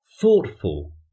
thoughtful